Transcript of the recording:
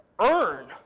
earn